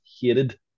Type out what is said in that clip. hated